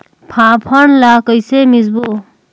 फाफण ला कइसे मिसबो?